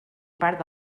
part